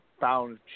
found